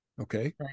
Okay